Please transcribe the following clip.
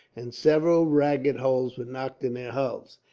and several ragged holes were knocked in their hulls.